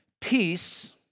Peace